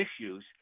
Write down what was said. issues